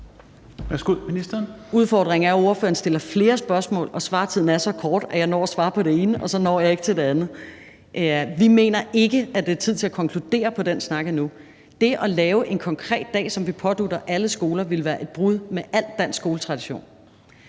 Udfordringen er jo, at spørgeren stiller flere spørgsmål, og svartiden er så kort, så jeg når at svare på det ene, og så når jeg ikke til det andet. Vi mener ikke, at det er tid til at konkludere på den snak endnu. Det at lave en konkret dag, som vi pådutter alle skoler, vil være et brud med al dansk skoletradition.